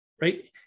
right